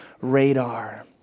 radar